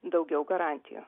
daugiau garantijų